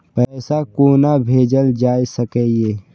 पैसा कोना भैजल जाय सके ये